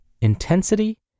intensity